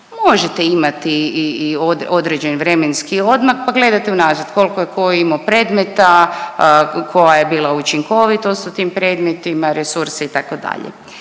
možete imati i određen vremenski odmak, pa gledate unazad kolko je ko imao predmeta, koja je bila učinkovitost u tim predmetima, resursi itd.,